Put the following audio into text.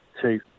two